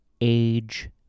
Age